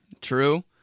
true